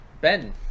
Ben